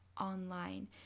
online